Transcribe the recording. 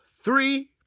three